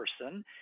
person